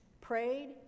prayed